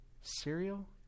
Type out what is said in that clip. Cereal